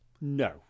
No